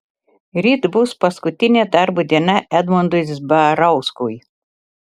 ryt bus paskutinė darbo diena edmundui zbarauskui